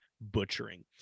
butchering